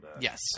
Yes